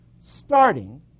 starting